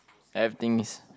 everything is